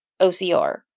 OCR